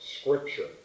scripture